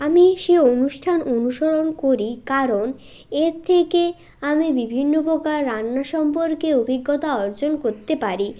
আমি সেই অনুষ্ঠান অনুসরণ করি কারণ এর থেকে আমি বিভিন্ন প্রকার রান্না সম্পর্কে অভিজ্ঞতা অর্জন করতে পারি